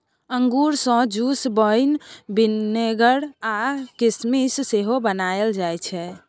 अंगुर सँ juice, wine, vinegar आ किसमिस सेहो बनाएल जाइ छै